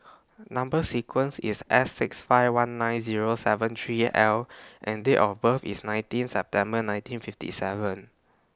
Number sequence IS S six five one nine Zero seven three L and Date of birth IS nineteen September nineteen fifty seven